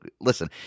Listen